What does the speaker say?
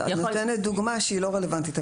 את נותנת דוגמה שהיא לא רלוונטית,